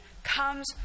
comes